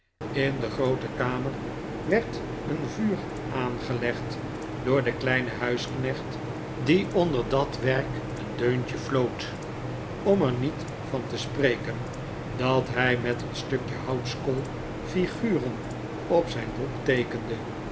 in de groote kamer werd een vuur aangelegd door den kleinen huisknecht die onder dat werk een deuntje floot om er niet van te spreken dat hij met een stukje houtskool figuren op zijn broek teekende